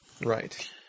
Right